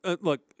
Look